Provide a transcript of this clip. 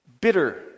bitter